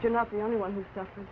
if you're not the only one who suffer